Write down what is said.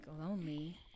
lonely